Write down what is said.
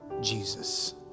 Jesus